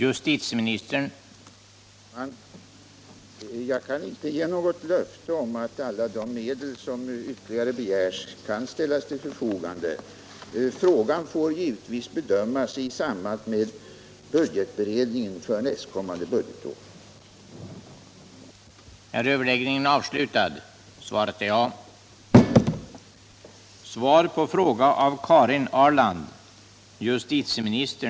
Herr talman! Jag kan inte ge något löfte om att alla de medel som ytterligare begärs kan ställas till förfogande. Frågan får givetvis bedömas i samband med budgetberedningen för nästkommande budgetår.